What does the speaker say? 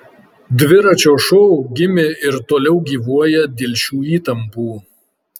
dviračio šou gimė ir toliau gyvuoja dėl šių įtampų